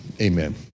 amen